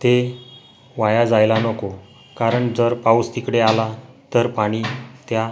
ते वाया जायला नको कारण जर पाऊस तिकडे आला तर पाणी त्या